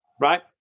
right